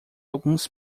alguns